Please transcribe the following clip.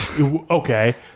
okay